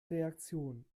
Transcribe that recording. reaktion